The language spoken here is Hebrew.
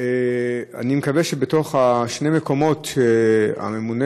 אני מקווה שבשני המקומות שהממונה